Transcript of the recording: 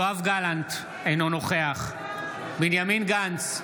יואב גלנט, אינו נוכח בנימין גנץ,